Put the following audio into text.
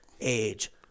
age